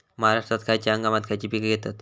महाराष्ट्रात खयच्या हंगामांत खयची पीका घेतत?